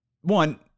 One